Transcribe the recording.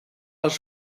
was